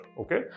okay